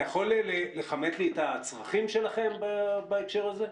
אתה יכול לכמת לי את הצרכים שלכם בהקשר הזה,